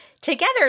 together